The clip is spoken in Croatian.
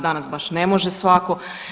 Danas baš ne može svatko.